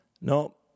no